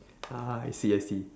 ah I see I see